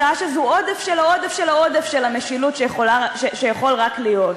בשעה שזה עודף של העודף של העודף של המשילות שיכול רק להיות.